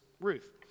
Ruth